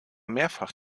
mehrfach